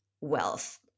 wealth